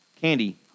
candy